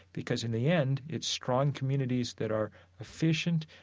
because in the end it's strong communities that are efficient,